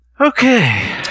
Okay